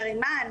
נרימאן,